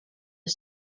are